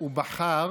גם בנו הציבור בחר.